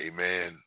Amen